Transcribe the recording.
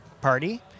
party